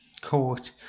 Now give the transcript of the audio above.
court